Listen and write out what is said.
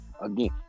again